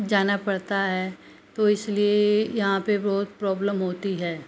जाना पड़ता है तो इसलिए यहाँ पर बहुत प्रॉब्लम होती है